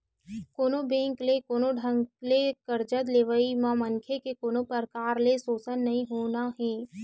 कोनो बेंक ले कोनो ढंग ले करजा लेवई म मनखे के कोनो परकार ले सोसन नइ होना हे